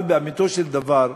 אבל לאמיתו של דבר,